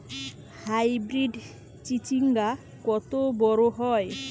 Hybrid চিচিংঙ্গা কত বড় হয়?